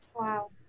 Wow